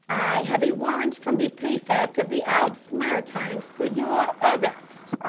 i have a warrant from the prefect of the alpes maritimes for your arrest.